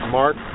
mark